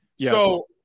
so-